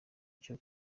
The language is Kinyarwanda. cyo